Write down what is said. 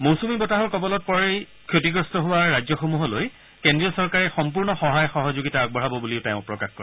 মৌচুমী বতাহৰ কবলত পৰি ক্ষতিগ্ৰস্ত হোৱা ৰাজ্যসমূহলৈ কেন্দ্ৰীয় চৰকাৰে সম্পূৰ্ণ সহায় সহযোগিতা আগবঢ়াব বুলিও তেওঁ প্ৰকাশ কৰে